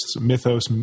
Mythos